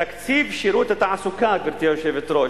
תקציב שירות התעסוקה, גברתי היושבת-ראש,